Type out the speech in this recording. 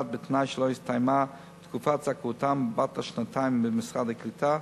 1. בתנאי שלא הסתיימה תקופת זכאותם בת השנתיים במשרד הקליטה,